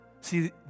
See